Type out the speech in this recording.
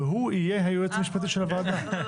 והוא יהיה היועץ המשפטי של הוועדה".